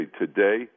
today